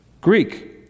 Greek